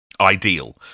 Ideal